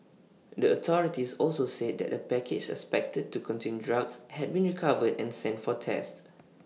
the authorities also said that A package suspected to contain drugs had been recovered and sent for tests